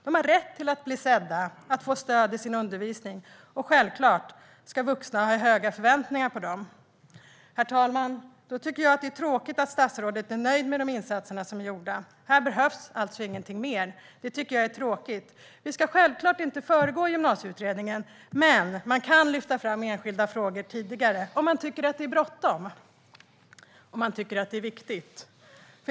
De har rätt att bli sedda och att få stöd i undervisningen, och självklart ska vuxna ha höga förväntningar på dem. Därför tycker jag det är tråkigt att statsrådet är nöjd med de insatser som har gjorts. Här behövs alltså inget mer, menar hon. Det tycker jag är tråkigt. Självklart ska vi inte föregripa Gymnasieutredningen, men man kan ändå lyfta fram enskilda frågor tidigare om man tycker att det är bråttom och viktigt.